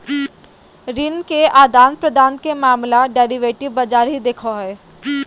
ऋण के आदान प्रदान के मामला डेरिवेटिव बाजार ही देखो हय